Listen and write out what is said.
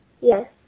Yes